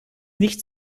nicht